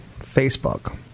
facebook